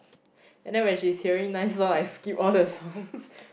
and then when she's hearing nice songs I skip all the songs